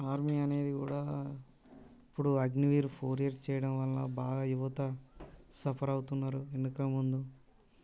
army అనేది కూడా ఇప్పుడు అగ్నివీర్ ఫోర్ ఇయర్ చేయడం వల్ల బాగా యువత సఫర్ అవుతున్నారు వెనకా ముందు